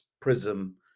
Prism